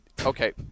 okay